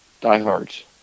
diehards